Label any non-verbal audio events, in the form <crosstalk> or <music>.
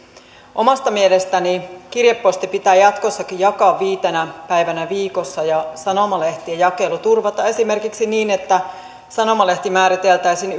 omasta mielestäni kirjeposti pitää jatkossakin jakaa viitenä päivänä viikossa ja sanomalehtien jakelu turvata esimerkiksi niin että sanomalehti määriteltäisiin <unintelligible>